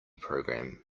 program